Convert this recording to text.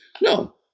No